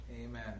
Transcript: Amen